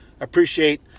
appreciate